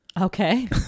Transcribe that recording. Okay